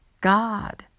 God